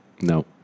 No